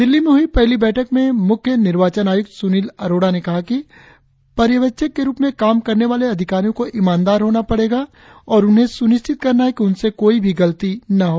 दिल्ली में हुई पहली बैठक में मुख्य निर्वाचन आयुक्त सुनिल अरोड़ा ने कहा कि पर्यवेक्षक के रुप में काम करने वाले अधिकारियों को ईमानदार होना पड़ेगा और उन्हें सुनिश्चित करना है कि उनसे कॊई भी गलती न हो